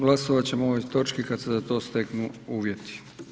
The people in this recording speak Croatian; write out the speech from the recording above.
Glasovat ćemo o ovoj točki kad se za to steknu uvjeti.